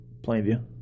Plainview